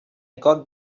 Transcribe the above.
got